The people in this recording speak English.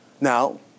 Now